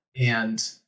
and-